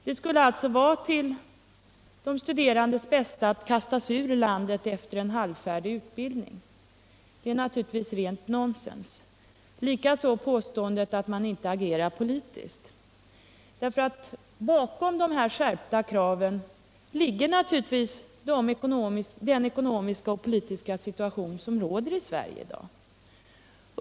Det skulle alltså vara till de studerandes bästa att kastas ut ur landet efter en halvfärdig utbildning. Det är naturligtvis rent nonsens, likaså påståendet att man inte agerar politiskt. Bakom de skärpta kraven ligger naturligtvis den ekonomiska och politiska situation som råder i Sverige i dag.